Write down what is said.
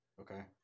Okay